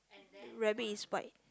rabbit is white